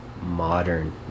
modern